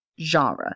genre